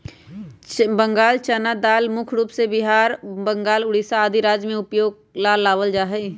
बंगाल चना दाल मुख्य रूप से बिहार, बंगाल, उड़ीसा आदि राज्य में उपयोग में लावल जा हई